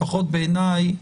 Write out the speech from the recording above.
לפחות בעיניי,